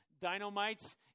Dynamites